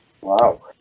Wow